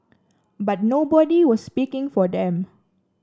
but nobody was speaking for them